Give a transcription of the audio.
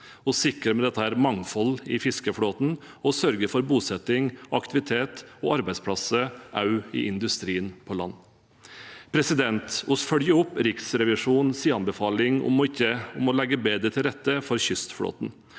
Vi sikrer med dette mangfold i fiskeflåten, og vi sørger for bosetting, aktivitet og arbeidsplasser – også i industrien på land. Vi følger opp Riksrevisjonens anbefaling om å legge bedre til rette for kystflåten.